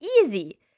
easy